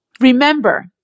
Remember